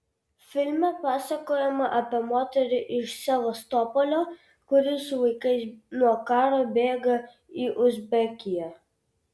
filme pasakojama apie moterį iš sevastopolio kuri su vaikais nuo karo bėga į uzbekiją